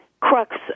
crux